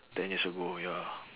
ten years ago ya